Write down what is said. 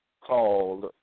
called